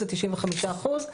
זה 95 אחוז,